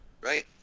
right